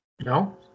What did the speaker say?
No